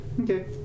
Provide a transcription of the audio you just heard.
Okay